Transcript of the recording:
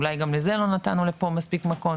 אולי גם לזה לא נתנו פה מספיק מקום.